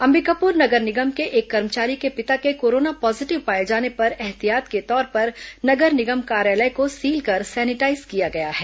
अंबिकापुर नगर निगम के एक कर्मचारी के पिता के कोरोना पॉजिटिव पाए जाने पर ऐहतियात के तौर पर नगर निगम कार्यालय को सील कर सैनिटाईज किया गया है